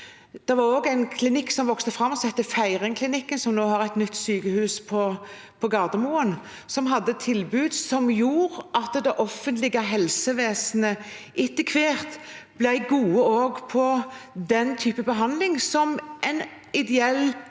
Det vokste også fram en klinikk som het Feiringklinikken, som nå har et nytt sykehus på Gardermoen, som hadde tilbud som gjorde at det offentlige helsevesenet etter hvert også ble gode på den typen behandling som en ideell